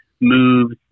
moves